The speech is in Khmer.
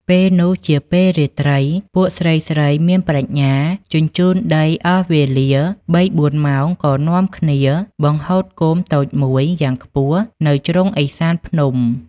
ពេលនោះជាពេលរាត្រី ពួកស្រីៗមានប្រាជ្ញាជញ្ជូនដីអស់វេលាបីបួនម៉ោង ក៏នាំគ្នាបង្ហូតគោមតូចមួយយ៉ាងខ្ពស់ នៅជ្រុងឥសានភ្នំ។